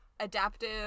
Adaptive